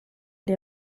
les